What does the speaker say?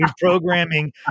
programming